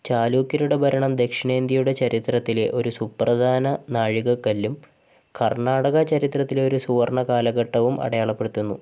ചാലൂക്യരുടെ ഭരണം ദക്ഷിണേന്ത്യയുടെ ചരിത്രത്തിലെ ഒരു സുപ്രധാന നാഴികക്കല്ലും കർണ്ണാടക ചരിത്രത്തിലെ ഒരു സുവർണ്ണ കാലഘട്ടവും അടയാളപ്പെടുത്തുന്നു